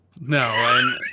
no